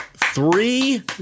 three